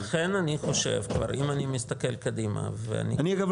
לכן אני חושב שאם אני מסתכל קדימה -- גם לא